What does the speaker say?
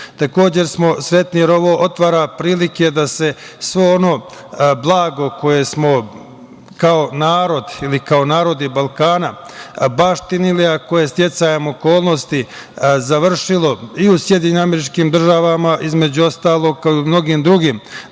smo sretni jer ovo otvara prilike da se svo ono blago koje smo kao narod ili kao narodi Balkana baštinili, a koje je sticajem okolnosti završilo i u SAD, između ostalog, kao i u mnogim drugim